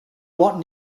what